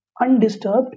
undisturbed